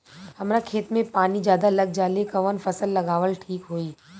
हमरा खेत में पानी ज्यादा लग जाले कवन फसल लगावल ठीक होई?